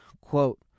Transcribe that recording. Quote